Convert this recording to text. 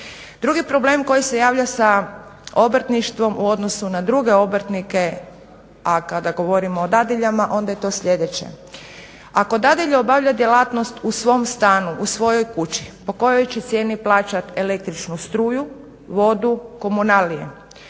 Drugi problem koji se javlja sa obrtništvom u odnosu na druge obrtnike, a kada govorimo o dadiljama onda je to sljedeće, ako dadilja obavlja djelatnost u svom stanu u svojoj kući po kojoj će cijeni plaćati el.struju, vodu, komunalije?